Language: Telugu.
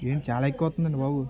ఏమి చాలా ఎక్కువ వాస్తందండి బాబు